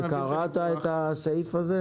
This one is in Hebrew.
קראת את הסעיף הזה?